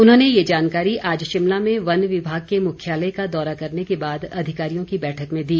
उन्होंने ये जानकारी आज शिमला में वन विभाग के मुख्यालय का दौरा करने के बाद अधिकारियों की बैठक में दी